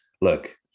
Look